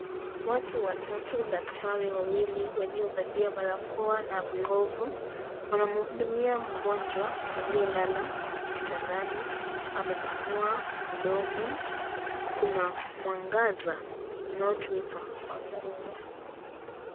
Watu watatu daktari wawili waliovalia barakoa na glovu, wanamuhudumia mgonjwa, aliyelala kitandani, amepanua mdomo, kuna mwangaza unaotumika kuangalia.